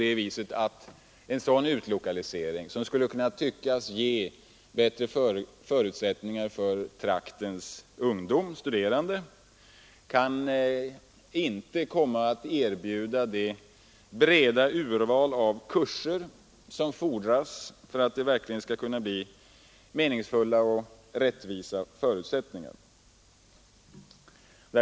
En sådan utlokalisering, som skulle kunna tyckas ge bättre förutsättningar för traktens studerande ungdom, kan inte komma att medge det breda urval av kurser som fordras för att det verkligen skall bli meningsfulla och rättvisa förutsättningar.